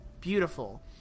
beautiful